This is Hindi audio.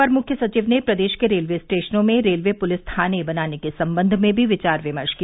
अपर मुख्य सचिव ने प्रदेश के रेलवे स्टेशनों में रेलवे पुलिस थाने बनाने के संबंध में भी विचार विमर्श किया